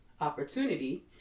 opportunity